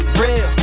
real